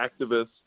activists